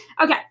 Okay